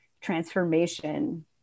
transformation